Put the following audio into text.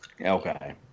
Okay